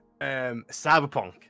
Cyberpunk